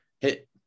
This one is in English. hit